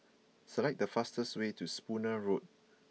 select the fastest way to Spooner Road